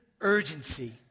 urgency